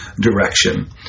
direction